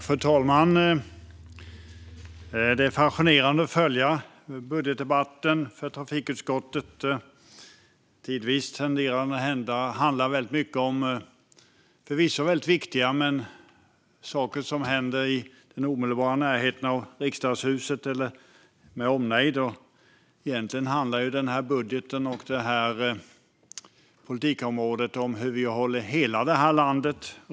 Fru talman! Det är fascinerande att följa budgetdebatten på trafikutskottets område. Det handlar om saker som förvisso är väldigt viktiga men som händer i den omedelbara närheten av Riksdagshuset med omnejd. Egentligen handlar ju det här politikområdet om hur vi håller hela landet rullande.